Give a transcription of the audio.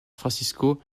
francisco